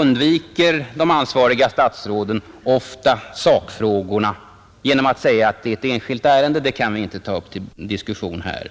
undviker de ansvariga statsråden ofta sakfrågorna genom att säga att de inte kan ta upp ett enskilt ärende till diskussion här.